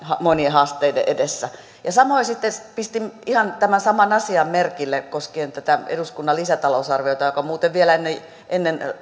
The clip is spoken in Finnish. monien haasteiden edessä samoin pistin ihan tämän saman asian merkille koskien eduskunnan lisätalousarviota joka muuten vielä ennen